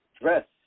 dress